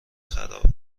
خرابه